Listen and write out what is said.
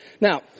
Now